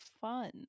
fun